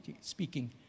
speaking